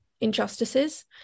injustices